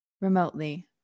remotely